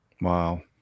Wow